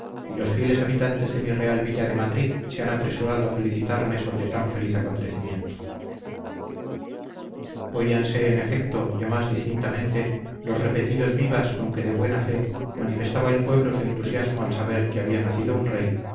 y los fieles habitantes de mi real villa de madrid se han apresurado a felicitarme sobre tan feliz acontecimiento oíanse en efecto ya más distintamente los repetidos vivas con que de buena fe manifestaba el pueblo su entusiasmo al saber que había nacido un rey